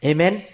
Amen